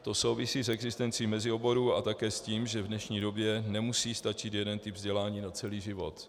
To souvisí s existenci mezioborů a také s tím, že v dnešní době nemusí stačit jeden typ vzdělání na celý život.